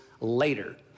later